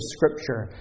Scripture